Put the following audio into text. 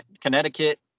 Connecticut